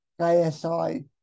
KSI